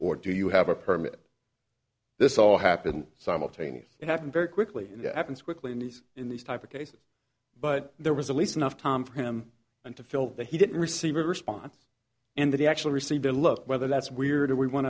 or do you have a permit this all happened simultaneous it happened very quickly and happens quickly in these in these type of case but there was a least enough time for him and to feel that he didn't receive a response and that he actually received a look whether that's weird or we want